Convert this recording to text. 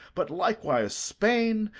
but likewise spain,